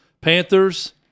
Panthers